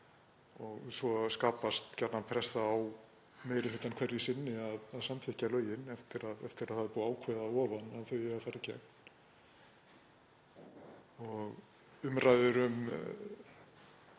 Svo skapast gjarnan pressa á meiri hlutann hverju sinni að samþykkja lögin eftir að það er búið að ákveða að ofan að þau eigi að fara í gegn. Umræður um